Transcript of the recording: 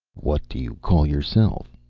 what do you call yourself?